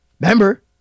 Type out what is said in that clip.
remember